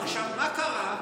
עכשיו, מה קרה?